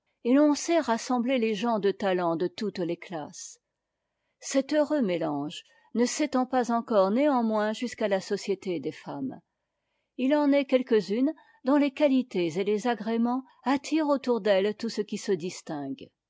et l'on sait rassembler les gens de talent de toutes les classes cet heureux mélange ne s'étend pas encore néanmoins jusqu'à la société des femmes il en est quelques-unes dont les qualités et les agréments attirent autour d'elles tout ce qui se distingue